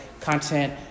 content